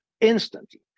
instantly